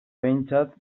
behintzat